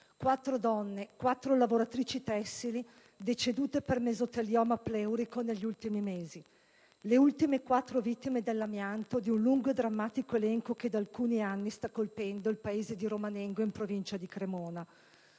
Quattro donne, quattro lavoratrici tessili, decedute per mesotelioma pleurico negli ultimi mesi, le ultime quattro vittime dell'amianto di un lungo e drammatico elenco che da alcuni anni sta colpendo il paese di Romanengo, in provincia di Cremona.